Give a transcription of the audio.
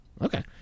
Okay